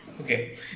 Okay